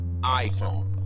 iPhone